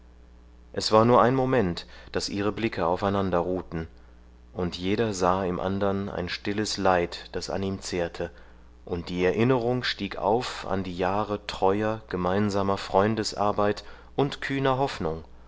es war nur ein moment daß ihre blicke aufeinander ruhten und jeder sah im andern ein stilles leid das an ihm zehrte und die erinnerung stieg auf an die jahre treuer gemeinsamer freundesarbeit und kühner hoffnung